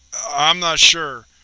i'm not sure.